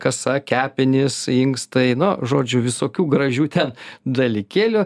kasa kepenys inkstai nu žodžiu visokių gražių ten dalykėlių